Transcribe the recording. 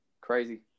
Crazy